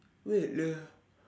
wait lah